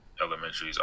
elementaries